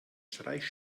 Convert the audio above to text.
streich